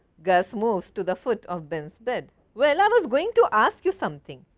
gus moves to the foot of ben's bed. well, i was going to ask you something.